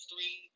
three